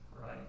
right